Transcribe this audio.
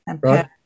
right